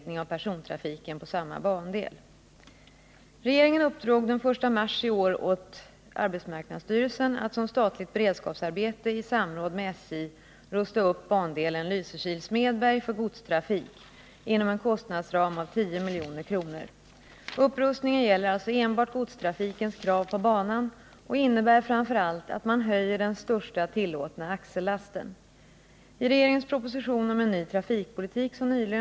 Vilka överväganden har förekommit inom regeringen, när man tog det i och för sig tillfredsställande beslutet att upprusta bandelen Lysekil-Smedberg samtidigt som man ämnar föreslå nedläggning av persontrafiken på samma bandel? När fridlysningen av varg infördes i vårt land gjordes den villkorlig.